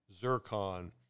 Zircon